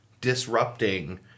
disrupting